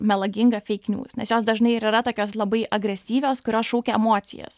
melaginga feik niūs nes jos dažnai ir yra tokios labai agresyvios kurios šaukia emocijas